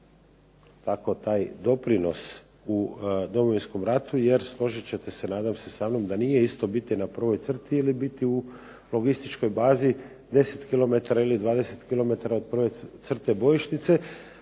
tako taj doprinos u Domovinskom ratu jer, složit ćete se nadam se sa mnom da nije isto biti na prvoj crti ili biti u logističkoj bazi 10 km ili 20 km od prve crte bojišnice,